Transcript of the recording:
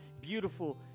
beautiful